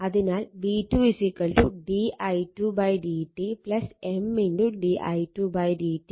അതിനാൽ v2 di2 dt M di2 dt